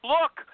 Look